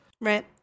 Right